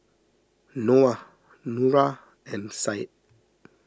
Noah Nura and Syed